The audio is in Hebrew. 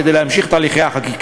כדי להמשיך את הליכי החקיקה.